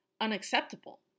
unacceptable